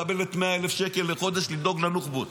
מקבלת 100,000 שקל לחודש לדאוג לנוח'בות.